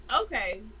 Okay